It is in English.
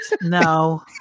no